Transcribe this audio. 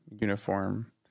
uniform